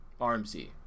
RMC